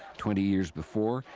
twenty years before,